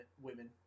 women